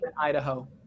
Idaho